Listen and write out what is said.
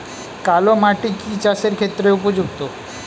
কালো মাটি কি চাষের ক্ষেত্রে উপযুক্ত?